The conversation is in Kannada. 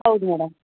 ಹೌದು ಮೇಡಮ್